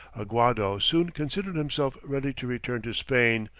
aguado soon considered himself ready to return to spain,